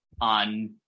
on